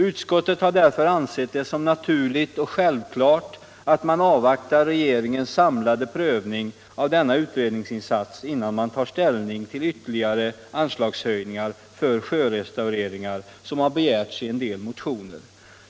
Utskottet har därför ansett det naturligt och självklart att man avvaktar regeringens samlade prövning av denna utredningsinsats innan man tar ställning till ytterligare anslagshöjningar för sjörestaureringar, som har begärts i en del motioner.